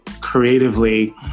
creatively